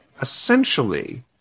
essentially